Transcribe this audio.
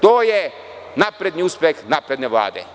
To je napredni uspeh napredne Vlade.